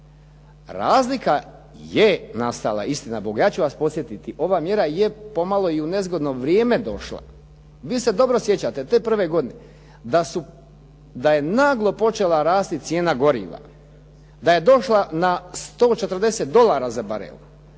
Razlika je nastala istina bog, ja ću vas podsjetiti ova mjera je pomalo i u nezgodno vrijeme došla. Vi se dobro sjećate te prve godine da je naglo počela rasti cijena goriva, da je došla na 140 dolara za barel